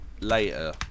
later